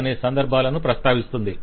అనే సందర్భాలను ప్రస్తావిస్తుంది